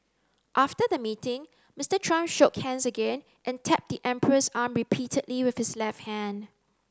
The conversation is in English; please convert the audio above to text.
after the meeting Mister Trump shook hands again and tapped the emperor's arm repeatedly with his left hand